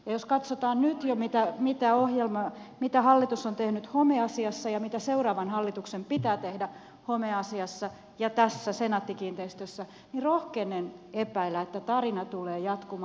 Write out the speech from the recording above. jos katsotaan nyt jo mitä hallitus on tehnyt homeasiassa ja mitä seuraavan hallituksen pitää tehdä homeasiassa ja senaatti kiinteistöissä niin rohkenen epäillä että tarina tulee jatkumaan